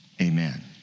amen